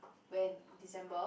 when December's